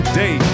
day